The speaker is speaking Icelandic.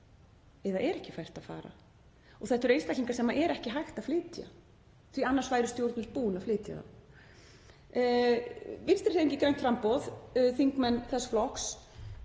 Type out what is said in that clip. eða væri ekki fært að fara. Þetta eru einstaklingar sem er ekki hægt að flytja því að annars væru stjórnvöld búin að flytja þá. Vinstrihreyfingin – grænt framboð, þingmenn þess flokks